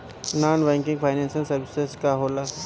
Non banking financial services का होला?